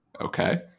okay